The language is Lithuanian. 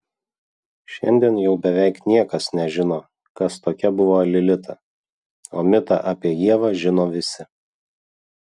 šiandien jau beveik niekas nežino kas tokia buvo lilita o mitą apie ievą žino visi